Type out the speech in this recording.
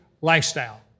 lifestyle